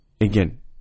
again